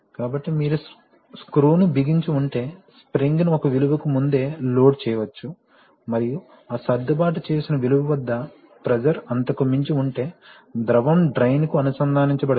కాబట్టి మీరు స్క్రూను బిగించి ఉంటే స్ప్రింగ్ ని ఒక విలువకు ముందే లోడ్ చేయవచ్చు మరియు ఆ సర్దుబాటు చేసిన విలువ వద్ద ప్రెషర్ అంతకు మించి ఉంటే ద్రవం డ్రైన్ కు అనుసంధానించబడుతుంది